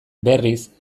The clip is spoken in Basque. berriz